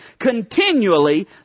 continually